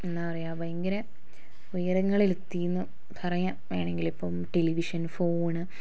എന്താ പറയാ ഭയങ്കര ഉയരങ്ങളിലെത്തിന്ന് പറയാം വേണമെങ്കിൽ ഇപ്പം ടെലിവിഷൻ ഫോണ്